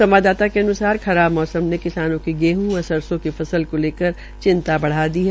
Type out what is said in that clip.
संवाददाता के अन्सार खराब मौसम ने किसानों की गेहं व सरसों की फसल को लेकर चिंता बाा दी है